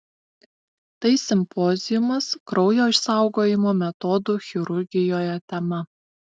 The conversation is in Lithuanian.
tai simpoziumas kraujo išsaugojimo metodų chirurgijoje tema